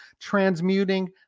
transmuting